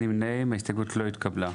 0 ההסתייגות לא התקבלה.